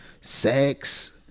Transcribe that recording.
Sex